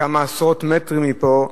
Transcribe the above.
שכמה עשרות מטרים מפה,